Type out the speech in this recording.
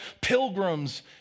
pilgrims